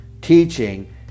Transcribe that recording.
teaching